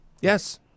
Yes